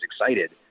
excited